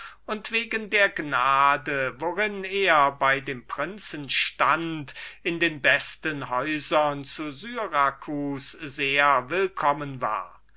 als wegen der gnade worin er bei dem tyrannen stund in den besten häusern zu syracus sehr willkommen war